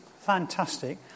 Fantastic